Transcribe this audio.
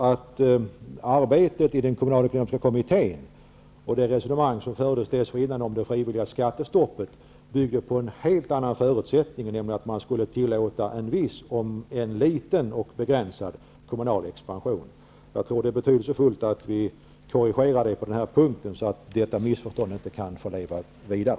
Arbetet i den kommunalekonomiska kommittén och det resonemang som fördes dessförinnan om det frivilliga skattestoppet, bygger på en helt annan förutsättning, nämligen att en viss, om än litet begränsad, kommunal expansion skulle tillåtas. Det är betydelsefullt att framföra en korrigering på den punkten så att missförståndet inte får leva vidare.